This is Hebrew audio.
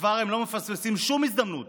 וכבר הם לא מפספסים שום הזדמנות